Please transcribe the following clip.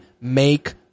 make